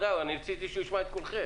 רציתי שישמע את כולכם.